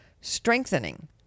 strengthening